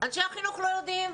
אנשי החינוך לא יודעים,